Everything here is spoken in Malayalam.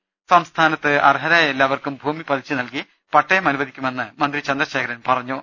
രുമെട്ടറു സംസ്ഥാനത്ത് അർഹരായ എല്ലാവർക്കും ഭൂമി പതിച്ചു നൽകി പട്ടയം അനുവദിക്കുമെന്ന് മന്ത്രി ഇ ചന്ദ്രശേഖരൻ പറഞ്ഞു